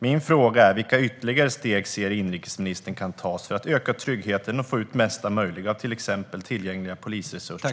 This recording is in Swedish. Min fråga är: Vilka ytterligare steg ser inrikesministern kan tas för att öka tryggheten och få ut mesta möjliga av till exempel tillgängliga polisresurser?